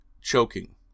choking